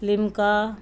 Limca